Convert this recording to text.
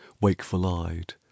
wakeful-eyed